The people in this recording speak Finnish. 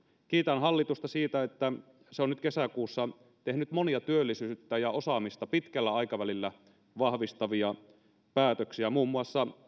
kiitän hallitusta siitä että se on nyt kesäkuussa tehnyt monia työllisyyttä ja osaamista pitkällä aikavälillä vahvistavia päätöksiä muun muassa